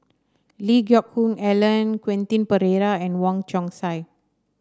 Lee Geck Hoon Ellen Quentin Pereira and Wong Chong Sai